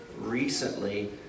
recently